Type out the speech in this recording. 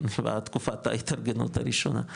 בתקופת ההתארגנות הראשונה,